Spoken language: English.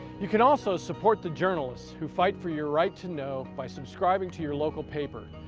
you can also support the journalist who fight for your right to know, by subscribing to your local paper.